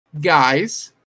guys